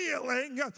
feeling